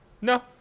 No